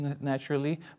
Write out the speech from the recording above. naturally